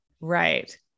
Right